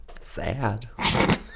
sad